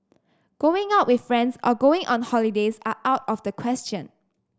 going out with friends or going on holidays are out of the question